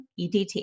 EDT